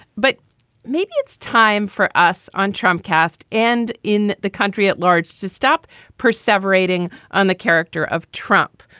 but maybe it's time for us on trump cast and in the country at large to stop perceived rating on the character of trump,